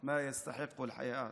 הזו מה ששווה חיים.)